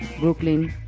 Brooklyn